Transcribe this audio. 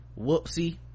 whoopsie